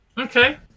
okay